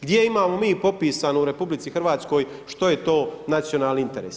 Gdje imamo mi popisano u RH što je to nacionalni interes?